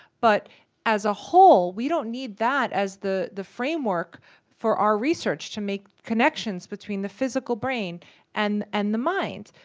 but as a whole we don't need that as the the framework for our research to make connections between the physical brain and and the mind.